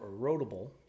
erodible